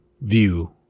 view